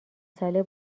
ساله